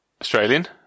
Australian